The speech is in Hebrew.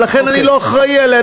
ולכן אני לא אחראי לה,